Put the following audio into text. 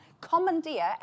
commandeer